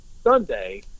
Sunday